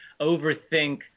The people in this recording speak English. overthink